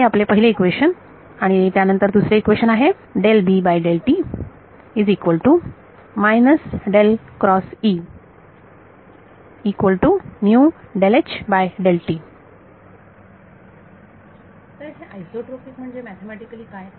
हे आपले पहिले इक्वेशन आणि त्यानंतर दुसरे इक्वेशन आहे विद्यार्थी तर हे आयसोट्रॉपीक म्हणजे मॅथेमॅटिकली काय